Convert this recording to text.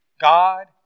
God